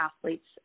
athletes